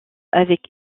avec